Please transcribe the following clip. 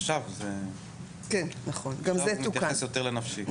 עכשיו זה מתייחס יותר לנפשי.